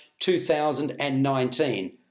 2019